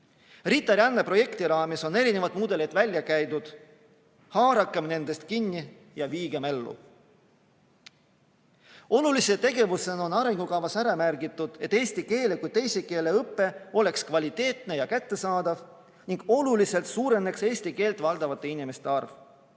RITA-ränne projekti raames on erinevad mudelid välja käidud. Haarakem nendest kinni ja viigem ellu! Olulise tegevusena on arengukavas märgitud, et eesti keele kui teise keele õpe oleks kvaliteetne ja kättesaadav ning et oluliselt suureneks eesti keelt valdavate inimeste arv.